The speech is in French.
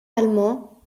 allemands